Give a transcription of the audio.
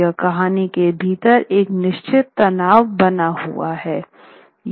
यह कहानी के भीतर एक निश्चित तनाव बना हुआ है